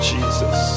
Jesus